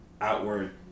outward